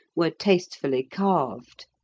were tastefully carved.